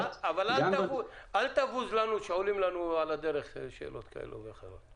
אל תבוז שעולות שאלות כאלה ואחרות.